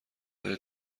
های